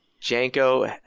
Janko